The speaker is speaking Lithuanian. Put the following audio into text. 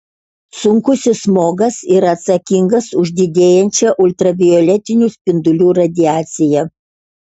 sunkusis smogas yra atsakingas už didėjančią ultravioletinių spindulių radiaciją